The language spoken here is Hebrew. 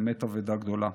באמת אבדה גדולה.